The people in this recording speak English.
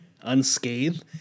unscathed